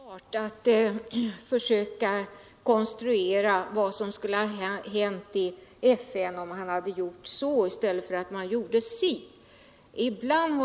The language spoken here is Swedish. Herr talman! Det är ganska ofruktbart att försöka konstruera vad som skulle ha hänt i FN, om vi gjort så i stället för att man gjorde si.